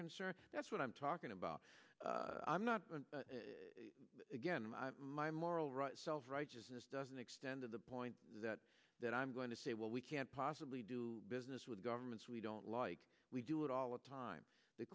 concerned that's what i'm talking about i'm not again my moral right self righteousness doesn't extend to the point that that i'm going to say well we can't possibly do business with governments we don't like we do it all the time the